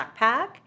backpack